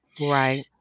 Right